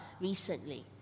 recently